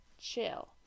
chill